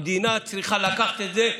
המדינה צריכה לקחת את זה כקיימות,